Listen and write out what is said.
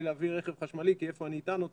להביא רכב חשמלי כי איפה הוא יטען אותו,